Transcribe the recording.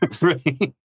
Right